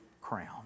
crown